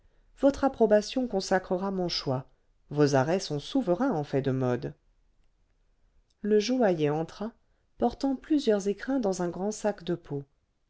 votre approbation consacrera mon choix vos arrêts sont souverains en fait de modes le joaillier entra portant plusieurs écrins dans un grand sac de peau